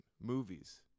Movies